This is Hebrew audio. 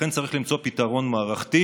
לכן צריך למצוא פתרון מערכתי,